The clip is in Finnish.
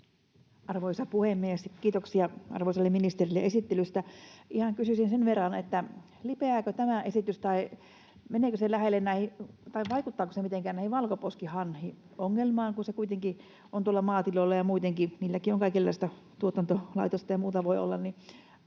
Arvoisa puhemies! Kiitoksia arvoisalle ministerille esittelystä. Ihan kysyisin sen verran, että lipeääkö tämä esitys tai meneekö se lähelle tai vaikuttaako se mitenkään tähän valkoposkihanhiongelmaan, kun se kuitenkin on tuolla maatiloilla ja muutenkin niillä on kaikenlaista tuotantolaitosta ja muuta voi olla, niin